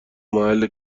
محل